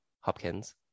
Hopkins